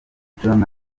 jones